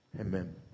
Amen